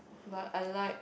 but I like